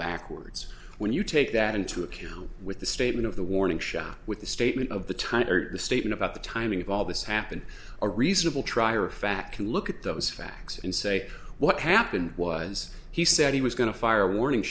backwards when you take that into account with the statement of the warning shot with the statement of the time the statement about the timing of all this happened a reasonable trier of fact can look at those facts and say what happened was he said he was going to fire a warning